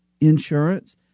Insurance